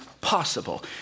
possible